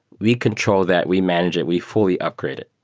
we control that. we manage it. we fully upgrade it.